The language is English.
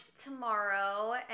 tomorrow